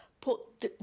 put